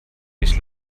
nicht